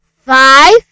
five